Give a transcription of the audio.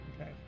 Okay